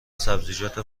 سبزیجات